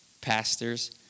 pastors